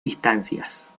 distancias